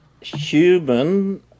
human